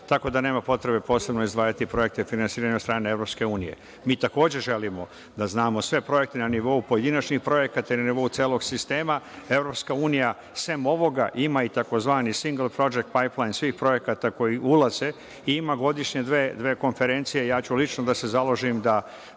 tako da nema potrebe posebno izdvajati projekte finansiranja od strane EU. Mi takođe želimo da znamo sve projekte na nivou pojedinačnih projekata i na nivou celog sistema. Evropska unija, sem ovoga, ima i tzv. single project pipeline svih projekata koji ulaze i ima godišnje dve konferencije. Ja ću lično da se založim da